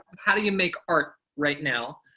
how do you make art right now?